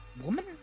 woman